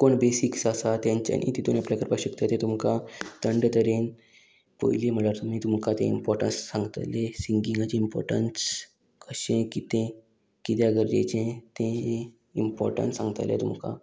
कोण बेसिक्स आसा तेंच्यांनी तितून एप्लाय करपाक शकता ते तुमकां थंड तरेन पयली म्हळ्यार तुमी तुमकां ते इम्पोर्टन्स सांगतले सिंगिंगाचें इम्पोर्टन्स कशें कितें किद्या गरजेचें तें हे इम्पोर्टन्स सांगतले तुमकां